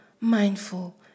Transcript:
mindful